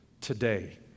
today